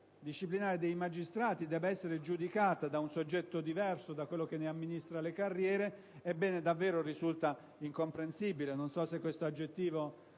disciplinare dei magistrati debba essere giudicata da un soggetto diverso da quello che ne amministra le carriere, ebbene, risulta davvero incomprensibile - non so se questo aggettivo